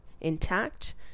intact